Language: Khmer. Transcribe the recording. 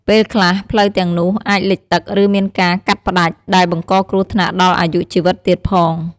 ពេលខ្លះ ផ្លូវទាំងនោះអាចលិចទឹក ឬមានការកាត់ផ្តាច់ ដែលបង្កគ្រោះថ្នាក់ដល់អាយុជីវិតទៀតផង។